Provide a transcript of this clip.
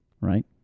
Right